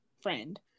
friend